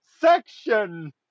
section